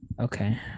okay